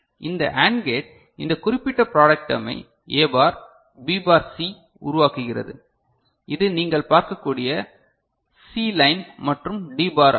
இந்த AND gate இந்த குறிப்பிட்ட ப்ராடக்ட் டெர்மை A bar B bar C உருவாக்குகிறது இது நீங்கள் பார்க்கக்கூடிய C லைன் மற்றும் D பார் ஆகும்